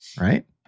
Right